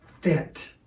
fit